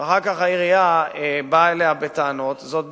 ואחר כך העירייה באה אליה בטענות, זאת בעיה.